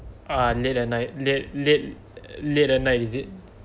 ah late at night late late late at night is it